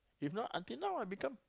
if not until now I become